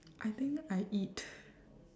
I think I eat